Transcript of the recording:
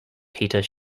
peter